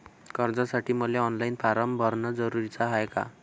कर्जासाठी मले online form भरन जरुरीच हाय का?